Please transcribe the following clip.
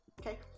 Okay